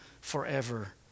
forever